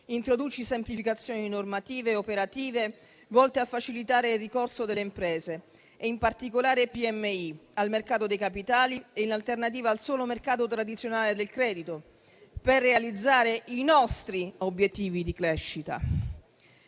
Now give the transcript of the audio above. introduce semplificazioni normative e operative volte a facilitare il ricorso delle imprese, in particolare di quelle piccole e medie, al mercato dei capitali e in alternativa al solo mercato tradizionale del credito per realizzare i nostri obiettivi di crescita.